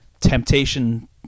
temptation